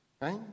right